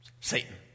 Satan